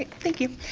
thank you.